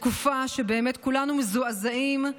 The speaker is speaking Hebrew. בתקופה שבה כולנו באמת מזועזעים,